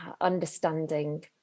understanding